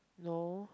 no